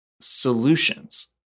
solutions